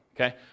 okay